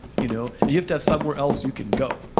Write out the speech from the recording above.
you know you you have to have somewhere else you can go.